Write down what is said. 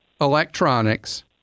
electronics